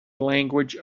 language